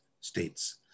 States